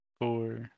Four